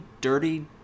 dirty